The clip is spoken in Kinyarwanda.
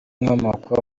inkomoko